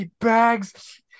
bags